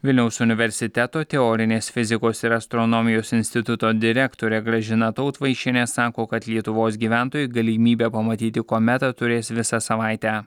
vilniaus universiteto teorinės fizikos ir astronomijos instituto direktorė gražina tautvaišienė sako kad lietuvos gyventojai galimybę pamatyti kometą turės visą savaitę